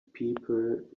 people